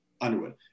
Underwood